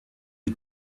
you